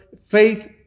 faith